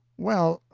well,